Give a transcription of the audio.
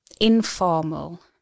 informal